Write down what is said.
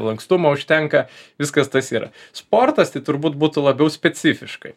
lankstumo užtenka viskas tas yra sportas tai turbūt būtų labiau specifiškai